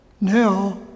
now